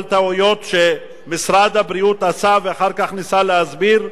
על טעויות שמשרד הבריאות עשה ואחר כך ניסה להסביר?